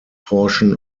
portion